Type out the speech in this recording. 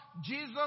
Jesus